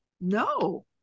No